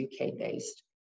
UK-based